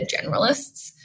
generalists